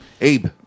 Abe